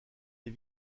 les